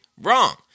Wrong